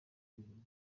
kubakorera